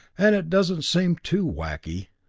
and it doesn't seem too wacky.